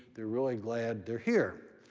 they're really glad they're here.